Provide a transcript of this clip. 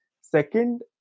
Second